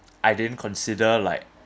I didn't consider like